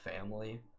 family